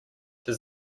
does